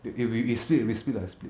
we we we we split lah we split